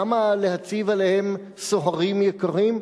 למה להציב עליהם סוהרים יקרים?